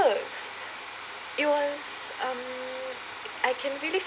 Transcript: it was um I can really